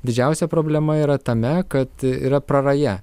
didžiausia problema yra tame kad yra praraja